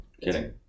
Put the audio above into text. Kidding